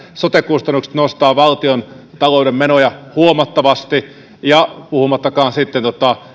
sote kustannukset nostavat valtiontalouden menoja huomattavasti puhumattakaan sitten